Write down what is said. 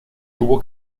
tuvo